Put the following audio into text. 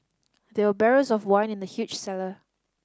there were barrels of wine in the huge cellar